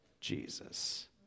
jesus